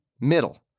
middle